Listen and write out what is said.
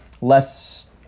less